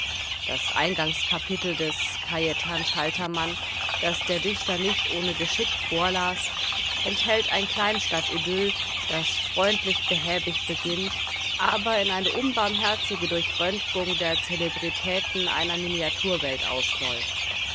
das eingangskapitel des cajetan schaltermann das der dichter nicht ohne geschick vorlas enthält ein kleinstadtidyll das freundlich-behäbig beginnt aber in eine unbarmherzige durchröntgung der zelebritäten einer miniaturwelt ausläuft